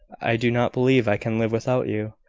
i do not believe i can live without you.